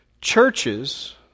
Churches